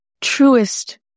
truest